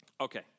Okay